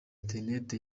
interineti